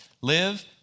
Live